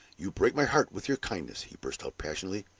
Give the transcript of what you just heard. you break my heart with your kindness, he burst out, passionately.